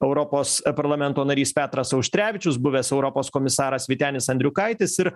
europos parlamento narys petras auštrevičius buvęs europos komisaras vytenis andriukaitis ir